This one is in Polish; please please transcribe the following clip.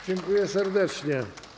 Dziękuję serdecznie.